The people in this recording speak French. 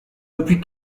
depuis